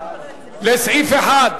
לסעיף 1,